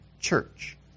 church